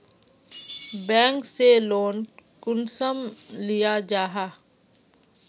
Bank से loan कुंसम लिया जाहा?